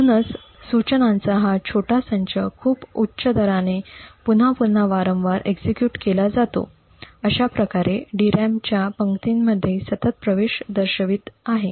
म्हणूनच सूचनांचा हा छोटा संच खूप उच्च दराने पुन्हा पुन्हा वारंवार एक्सिक्युट केला जातो अशा प्रकारे DRAM च्या पंक्तींमध्ये सतत प्रवेश दर्शवित आहे